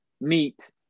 meet